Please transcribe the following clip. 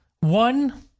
One